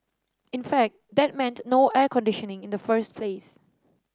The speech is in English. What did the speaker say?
in fact that meant no air conditioning in the first place